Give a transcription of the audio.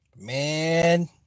man